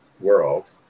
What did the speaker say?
world